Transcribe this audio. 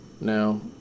Now